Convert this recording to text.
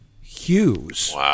Hughes